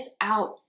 out